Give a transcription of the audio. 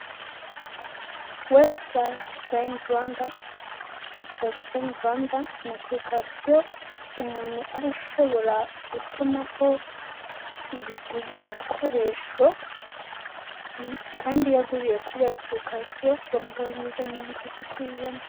Ni apulikasiyo umuntu aba ashobora gutumaho ibikoresho, kandi iyo aguriye kuri apulikasiyo bamugabanyiriza mirongo itatu kw'ijana.